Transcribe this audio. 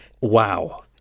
Wow